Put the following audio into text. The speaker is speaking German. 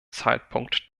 zeitpunkt